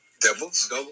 devils